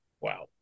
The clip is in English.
Wow